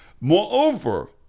moreover